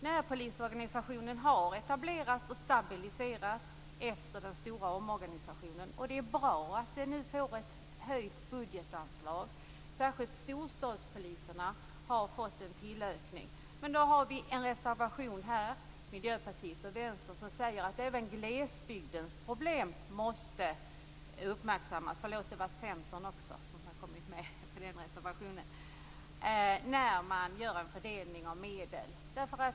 Närpolisorganisationen har etablerats och stabiliserats efter den stora omorganisationen, och det är bra att den nu får ett höjt budgetanslag. Särskilt storstadspoliserna har fått en ökning. Här har Miljöpartiet, Vänsterpartiet och Centerpartiet en reservation, där vi säger att även glesbygdens problem måste uppmärksammas när man gör en fördelning av medel.